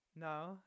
no